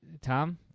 Tom